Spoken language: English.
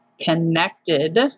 connected